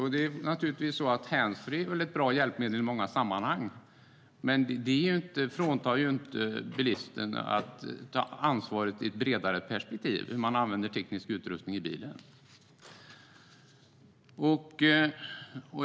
Handsfree är naturligtvis ett bra hjälpmedel i många sammanhang, men det fråntar inte bilisten ansvaret för hur teknisk utrustning används i bilen i ett bredare perspektiv.